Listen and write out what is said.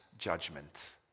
Judgment